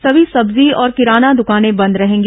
समी सब्जी और किराना दुकाने बंद रहेंगी